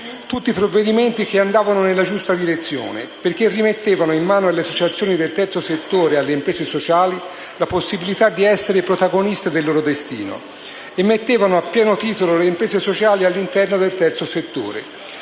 Tutti questi provvedimenti andavano nella giusta direzione, perché rimettevano in mano alle associazioni del terzo settore e alle imprese sociali la possibilità di essere protagoniste del loro destino e collocavano a pieno titolo le imprese sociali all'interno del terzo settore.